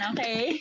Okay